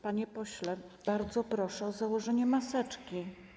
Panie pośle, bardzo proszę o założenie maseczki.